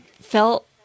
felt